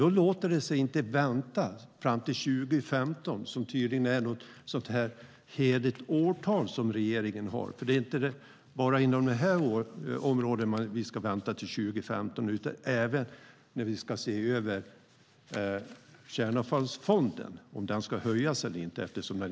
Då kan vi inte vänta fram till 2015 som tydligen är ett heligt årtal för regeringen. Det är inte bara inom det här området vi ska vänta till 2015 utan även när det gäller om Kärnavfallsfonden ska höjas eller inte.